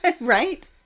Right